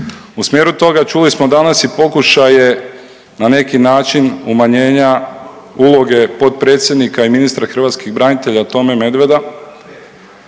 U smjeru tog čuli smo danas i pokušaje na neki način umanjenja uloge potpredsjednika i ministra hrvatskih branitelja Tome Medveda.